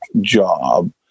job